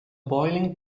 boiling